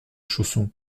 chaussons